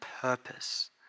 purpose